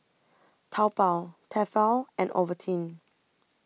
Taobao Tefal and Ovaltine